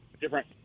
different